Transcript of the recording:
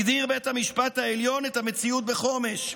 הגדיר בית המשפט העליון את המציאות בחומש,